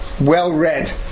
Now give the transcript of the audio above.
well-read